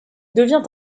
devient